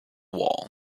wall